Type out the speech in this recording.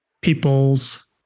people's